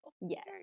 yes